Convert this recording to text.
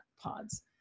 pods